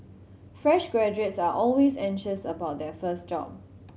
fresh graduates are always anxious about their first job